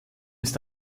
ist